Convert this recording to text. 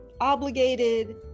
obligated